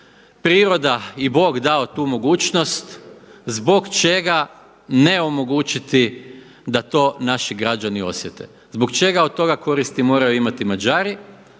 priroda i Bog dao tu mogućnost zbog čega ne omogućiti da to naši građani ne osjete, zbog čega od toga koristi od toga moraju imati Mađari,